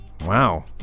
Wow